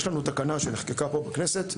יש לנו תקנה שנחקקה פה בכנסת,